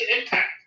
impact